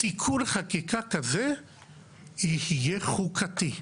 ותיקון חקיקה כזה יהיה חוקתי.